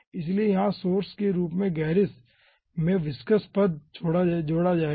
इसलिए यहां सोर्स के रूप में गेरिस में विस्कॉस पद जोड़ा जाएगा